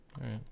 right